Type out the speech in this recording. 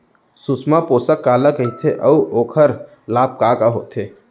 सुषमा पोसक काला कइथे अऊ ओखर लाभ का का होथे?